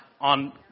on